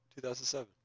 2007